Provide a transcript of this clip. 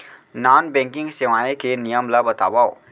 Non banking सेवाएं के नियम ला बतावव?